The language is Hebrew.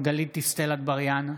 גלית דיסטל אטבריאן,